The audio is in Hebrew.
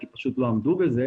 כי פשוט לא עמדו בזה,